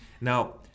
Now